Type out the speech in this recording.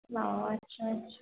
বাবাও আচ্ছা আচ্ছা